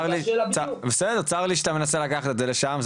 צר לי שאתה מנסה לקחת את זה לשם.